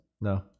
No